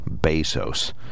Bezos